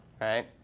right